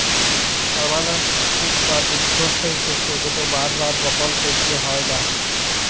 permanent crop বা দীঘ্ঘস্থায়ী শস্য যেট বার বার বপল ক্যইরতে হ্যয় লা